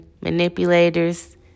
Manipulators